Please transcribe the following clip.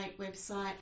website